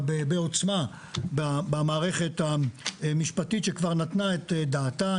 בעוצמה במערכת המשפטית שכבר נתנה את דעתה.